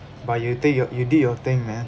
but you take your you did your thing man